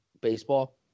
baseball